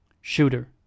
Shooter